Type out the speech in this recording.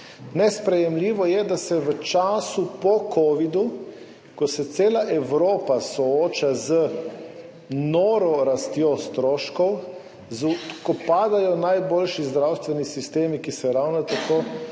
Nesprejemljivo je, da se v času po covidu, ko se cela Evropa sooča z noro rastjo stroškov, ko padajo najboljši zdravstveni sistemi, ki se ravno tako